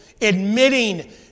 admitting